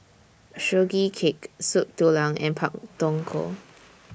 Sugee Cake Soup Tulang and Pak Thong Ko